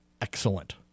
excellent